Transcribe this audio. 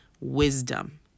wisdom